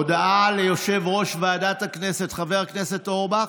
הודעה ליושב-ראש ועדת הכנסת חבר הכנסת אורבך.